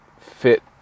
fit